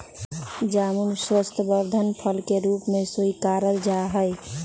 जामुन स्वास्थ्यवर्धक फल के रूप में स्वीकारा जाहई